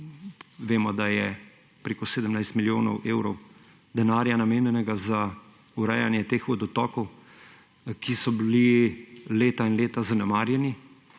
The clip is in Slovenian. Vemo, da je preko 17 milijonov evrov denarja namenjenega za urejanje teh vodotokov, ki so bili leta in leta zanemarjeni.